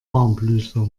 warmblüter